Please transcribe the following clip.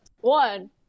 one